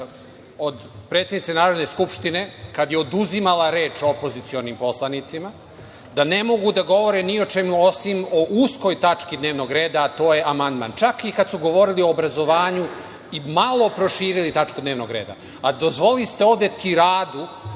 predsednice Narodne skupštine, kad je oduzimala reč opozicionim poslanicima, da ne mogu da govore ni o čemu osim usko o tački dnevnog reda, a to je amandman, pa čak i kad su govorili o obrazovanju i malo proširili tačku dnevnog reda. Dozvolili ste ovde tiradu